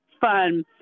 fun